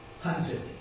Hunted